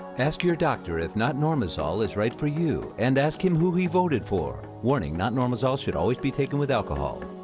ask your doctor if not norma zoll is right for you. and ask who he voted for. warning, not norma zoll should always be taken with alcohol.